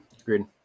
Agreed